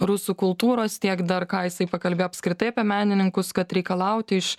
rusų kultūros tiek dar ką jisai pakalbėjo apskritai apie menininkus kad reikalauti iš